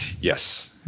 Yes